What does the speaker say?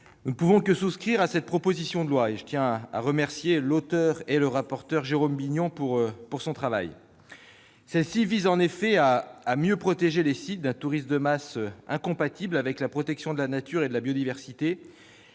nous ne pouvons que souscrire à cette proposition de loi dont je tiens à remercier l'auteur et rapporteur, Jérôme Bignon. Ce texte vise à mieux protéger les sites d'un tourisme de masse incompatible avec la protection de la nature et de la biodiversité,